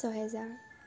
ছহেজাৰ